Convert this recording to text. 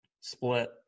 split